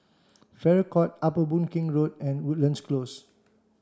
Farrer Court Upper Boon Keng Road and Woodlands Close